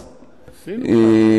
פיטורין,